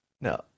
no